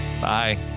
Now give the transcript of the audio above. bye